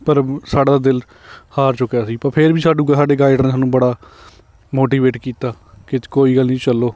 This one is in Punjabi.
ਪਰ ਸਾਡਾ ਤਾਂ ਦਿਲ ਹਾਰ ਚੁੱਕਿਆ ਸੀ ਪਰ ਫੇਰ ਵੀ ਸਾਨੂੰ ਸਾਡੇ ਗਾਈਡ ਨੇ ਸਾਨੂੰ ਬੜਾ ਮੋਟੀਵੇਟ ਕੀਤਾ ਕਿ ਕੋਈ ਗੱਲ ਨਹੀਂ ਚਲੋ